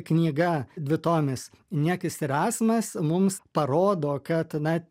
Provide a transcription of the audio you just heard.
knyga dvitomis niekis ir esmas mums parodo kad na